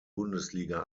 bundesliga